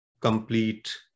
complete